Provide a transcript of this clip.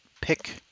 pick